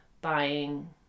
buying